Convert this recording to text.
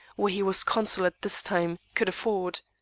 where he was consul at this time, could afford.